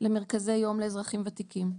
למרכזי יום לאזרחים וותיקים.